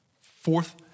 Fourth